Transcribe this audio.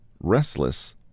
restless